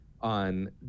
on